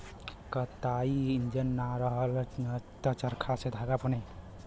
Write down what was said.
कताई इंजन ना रहल त चरखा से धागा बने